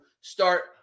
start